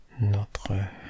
notre